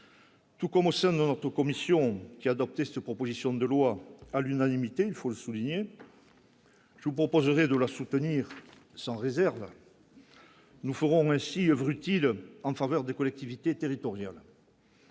Tout commence au manteau commissions qui adopté cette proposition de loi à l'unanimité, il faut le souligner, je vous proposerai de la soutenir sans réserve. Nous ferons ainsi oeuvre utile en faveur des collectivités territoriales.